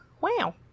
wow